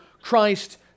Christ